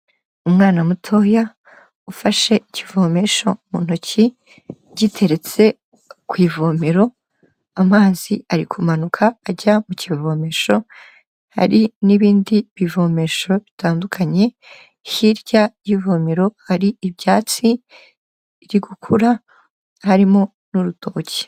Umwana mutoya ufashe ikivomesho mu ntoki giteretse ku ivomero, amazi ari kumanuka ajya mu kivomesho, hari n'ibindi bivomesho bitandukanye, hirya y'ivomero hari ibyatsi biri gukura harimo n'urutoki.